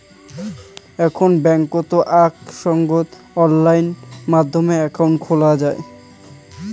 এখন বেংকত আক সঙ্গত অনলাইন মাধ্যমে একাউন্ট খোলা যাই